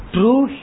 True